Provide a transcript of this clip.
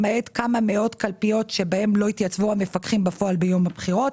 למעט כמה מאות קלפיות שבהן לא התייצבו המפקחים בפועל ביום הבחירות,